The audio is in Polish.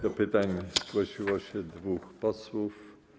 Do pytań zgłosiło się dwóch posłów.